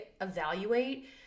evaluate